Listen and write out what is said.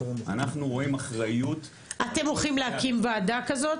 אנחנו רואים אחריות --- אתם הולכים להקים וועדה כזאת?